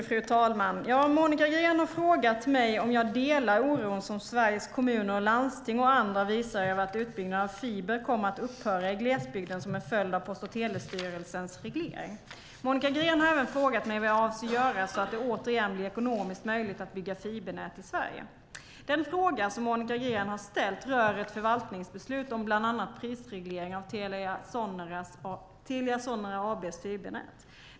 Fru talman! Monica Green har frågat mig om jag delar oron som Sveriges Kommuner och Landsting och andra visar över att utbyggnaden av fiber kommer att upphöra i glesbygden som en följd av Post och telestyrelsens reglering. Monica Green har även frågat mig vad jag avser att göra så att det återigen blir ekonomiskt möjligt att bygga fibernät i Sverige. Den fråga som Monica Green har ställt rör ett förvaltningsbeslut om bland annat prisreglering av Telia Sonera AB:s fibernät.